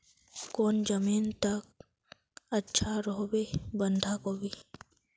कौन जमीन टत अच्छा रोहबे बंधाकोबी?